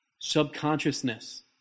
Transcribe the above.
subconsciousness